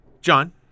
John